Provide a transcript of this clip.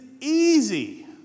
easy